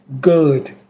good